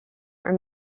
are